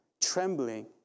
trembling